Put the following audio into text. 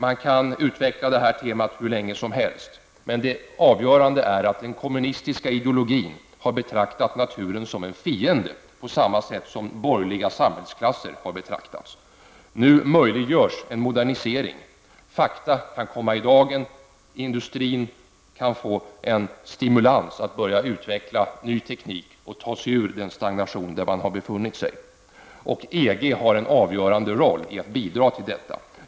Man kan utveckla det här temat hur länge som helst, men det avgörande är att den kommunistiska ideologin har betraktat naturen som en fiende på samma sätt som man har betraktat den borgerliga samhällsklassen. Nu möjliggörs en modernisering. Fakta kan komma i dagen. Industrin kan få en stimulans att börja utveckla ny teknik och ta sig ur den stagnation som man har befunnit sig i. EG har en avgörande roll när det gäller att bidra till detta.